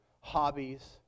hobbies